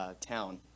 town